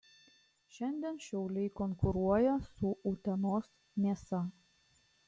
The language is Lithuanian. šiandien šiauliai konkuruoja su utenos mėsa